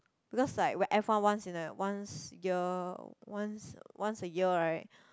because like F one once in a once year once once a year right